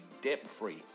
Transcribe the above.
debt-free